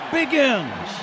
begins